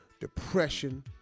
depression